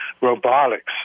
robotics